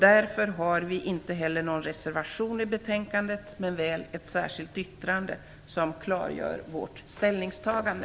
Därför har vi inte heller någon reservation i betänkandet men väl ett särskilt yttrande som klargör vårt ställningstagande.